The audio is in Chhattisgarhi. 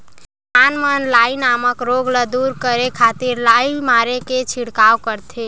किसान मन लाई नामक रोग ल दूर करे खातिर लाई मारे के छिड़काव करथे